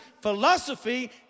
philosophy